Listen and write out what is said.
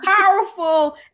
powerful